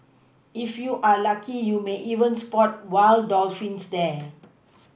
if you are lucky you may even spot wild dolphins there